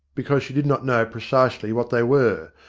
because she did not know precisely what they were,